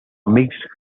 mixed